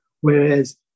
Whereas